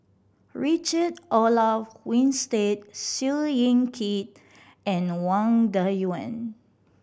Richard Olaf Winstedt Seow Yit Kin and Wang Dayuan